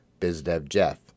BizDevJeff